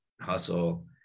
hustle